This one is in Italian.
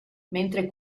mentre